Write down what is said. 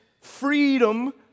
freedom